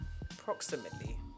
approximately